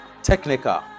Technical